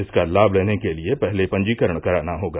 इसका लाम लेने के लिए पहले पंजीकरण कराना होगा